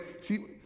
see